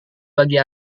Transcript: bagi